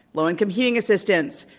low income heating assistance,